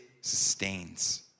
sustains